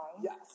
Yes